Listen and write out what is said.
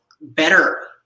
better –